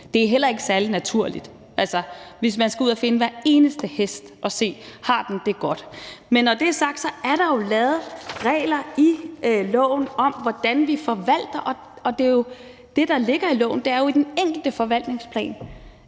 Det er heller ikke særlig naturligt, altså hvis man skulle ud og finde hver eneste hest og se, om den har det godt. Men når det er sagt, er der jo lavet regler i loven om, hvordan vi forvalter det. Det, der ligger i loven, er jo, at der i den enkelte forvaltningsplan